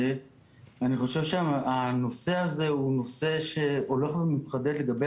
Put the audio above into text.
ואני חושב שהנושא הזה הוא נושא שהולך ומתחדד לגבי